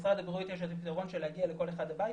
למשרד הבריאות יש פתרון לפיו יגיעו לכל אחד הביתה.